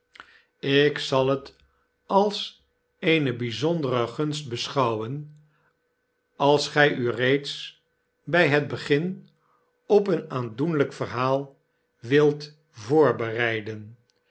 ik zal het als eene bijzondere gunst beschouwen als gij u reeds bij het begin op een aandoenlijk verhaal wilt voorbereiden